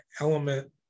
element